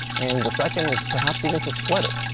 and the second is perhaps even to split it.